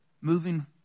moving